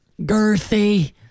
Girthy